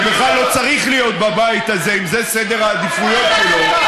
שבכלל לא צריך להיות בבית הזה אם זה סדר העדיפויות שלו,